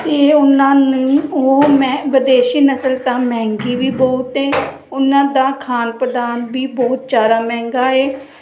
ਅਤੇ ਉਹਨਾਂ ਨੂੰ ਉਹ ਮੈਂ ਵਿਦੇਸ਼ੀ ਨਸਲ ਤਾਂ ਮਹਿੰਗੀ ਵੀ ਬਹੁਤ ਹੈ ਉਹਨਾਂ ਦਾ ਖਾਨ ਪਦਾਨ ਵੀ ਬਹੁਤ ਚਾਰਾ ਮਹਿੰਗਾ ਏ